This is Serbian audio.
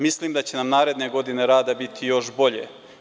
Mislim da će nam naredne godine rada biti još bolje.